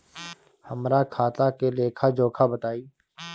हमरा खाता के लेखा जोखा बताई?